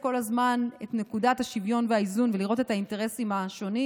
כל הזמן את נקודת השוויון והאיזון ולראות את האינטרסים השונים.